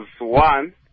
one